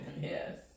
yes